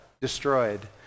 destroyed